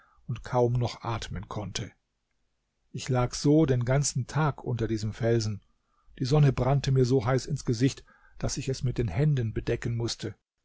und kaum noch atmen konnte ich lag so den ganzen tag unter diesem felsen die sonne brannte mir so heiß ins gesicht daß ich es mit den händen bedecken mußte